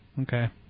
Okay